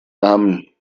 namen